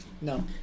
No